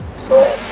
so